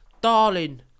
Darling